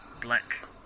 black